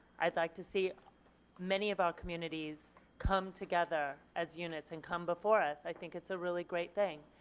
i'd like to see many of our communities come together as units and come before us. i think it's a really great thing.